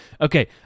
Okay